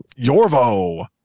Yorvo